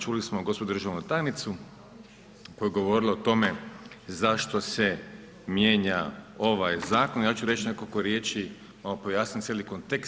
Čuli smo gospođu državnu tajnicu koja je govorila o tome zašto se mijenja ovaj zakon, ja ću reći nekoliko riječi malo pojasniti cijeli kontekst.